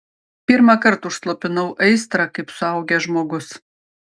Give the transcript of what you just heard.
pirmąkart užslopinau aistrą kaip suaugęs žmogus